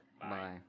Bye